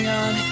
on